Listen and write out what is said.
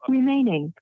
remaining